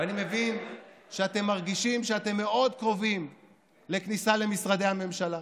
ואני מבין שאתם מרגישים שאתם מאוד קרובים לכניסה למשרדי הממשלה.